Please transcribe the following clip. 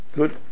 good